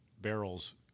barrels